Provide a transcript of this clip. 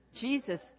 Jesus